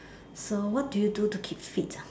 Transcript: so what do you do to keep fit